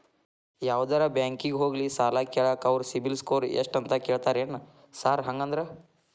ಯಾವದರಾ ಬ್ಯಾಂಕಿಗೆ ಹೋಗ್ಲಿ ಸಾಲ ಕೇಳಾಕ ಅವ್ರ್ ಸಿಬಿಲ್ ಸ್ಕೋರ್ ಎಷ್ಟ ಅಂತಾ ಕೇಳ್ತಾರ ಏನ್ ಸಾರ್ ಹಂಗಂದ್ರ?